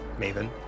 maven